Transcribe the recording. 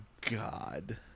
God